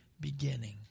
beginning